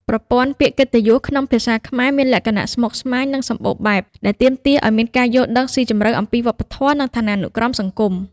ប្រព័ន្ធពាក្យកិត្តិយសក្នុងភាសាខ្មែរមានលក្ខណៈស្មុគស្មាញ និងសម្បូរបែប ដែលទាមទារឱ្យមានការយល់ដឹងស៊ីជម្រៅអំពីវប្បធម៌ និងឋានានុក្រមសង្គម។